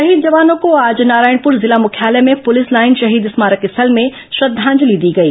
शहीद जवानों को आज नारायणपुर जिला मुख्यालय में पुलिस लाइन शहीद स्मारक स्थल में श्रद्वांजलि दी गई